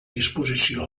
disposició